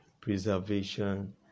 preservation